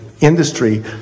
industry